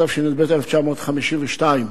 התשי"ב 1952,